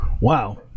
Wow